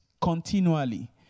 continually